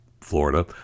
Florida